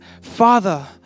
Father